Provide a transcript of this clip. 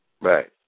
Right